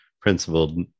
principled